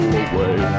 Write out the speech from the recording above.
away